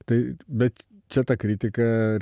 taip bet čia ta kritika